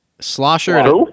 Slosher